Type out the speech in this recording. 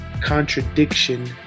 contradiction